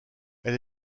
elle